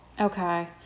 Okay